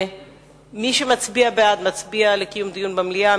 מי שמצביע בעד, מצביע לקיום דיון במליאה.